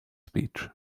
speech